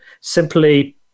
simply